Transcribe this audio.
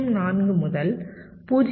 04 முதல் 0